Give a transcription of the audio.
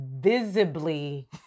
Visibly